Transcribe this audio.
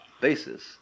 basis